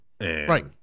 Right